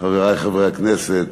חברי חברי הכנסת,